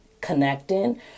connecting